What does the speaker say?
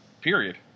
period